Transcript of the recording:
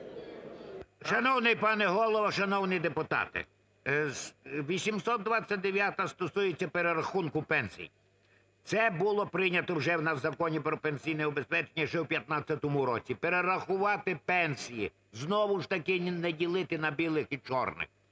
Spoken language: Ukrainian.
Шановний пане Голово, шановні депутати, 829-а стосується перерахунку пенсій. Це було прийнято вже в нас в Законі про пенсійне забезпечення ще у 2015 році. Перерахувати пенсії, знову ж таки не ділити на білих і чорних.